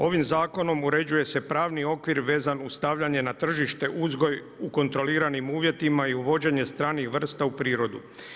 Ovim zakonom uređuje se pravni okvir vezan uz stavljanje na tržište uzgoj u kontroliranim uvjetima i uvođenje stranih vrsta u prirodu.